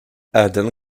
eden